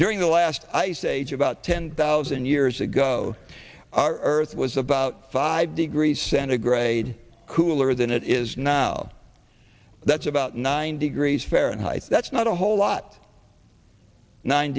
during the last ice age about ten thousand years ago our earth was about five degrees centigrade cooler than it is now that's about nine degrees fahrenheit that's not a whole lot nine